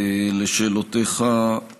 לשאלותיך,